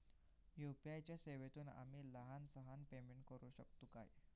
UPI च्या सेवेतून आम्ही लहान सहान पेमेंट करू शकतू काय?